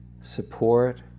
support